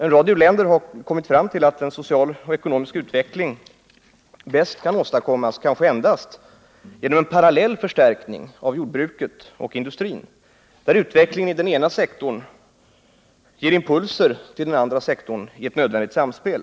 En rad u-länder har kommit fram till att en social och ekonomisk utveckling bäst kan åstadkommas genom en parallell förstärkning av jordbruket och industrin, där utvecklingen i den ena sektorn ger impulser till den andra sektorn i ett nödvändigt samspel.